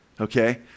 okay